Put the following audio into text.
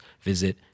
visit